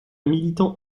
militant